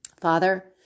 Father